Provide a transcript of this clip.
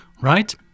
right